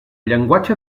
llenguatge